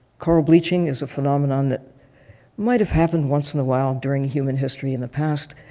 coral bleaching is a phenomenon that might have happened once in a while during human history in the past,